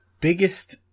biggest